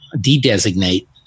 de-designate